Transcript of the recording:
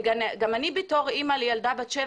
וגם אני בתור אמא לילדה בת 7,